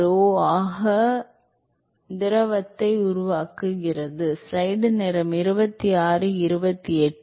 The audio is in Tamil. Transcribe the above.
எனவே அது 2pi ஆக rho Cv ஆக அமுக்க முடியாத திரவத்தை உருவாக்குகிறது um Ac u T ஆக rdr ஆகவும் 0 முதல் r ஆகவும் இருக்கும்